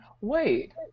Wait